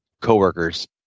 co-workers